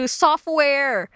software